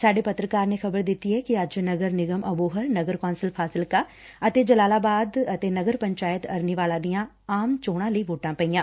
ਸਾਡੇ ਪੱਤਰਕਾਰ ਨੇ ਖਬਰ ਦਿੱਤੀ ਏ ਕਿ ਅੱਜ ਨਗਰ ਨਿਗਮ ਅਬੋਹਰ ਨਗਰ ਕੌ'ਸਲ ਫਾਜ਼ਿਲਕਾ ਅਤੇ ਜਲਾਲਾਬਾਦ ਅਤੇ ਨਗਰ ਪੰਚਾਇਤ ਅਰਨੀਵਾਲਾ ਦੀਆਂ ਆਮ ਚੋਣਾ ਲਈ ਵੋਟਾ ਪਈਆਂ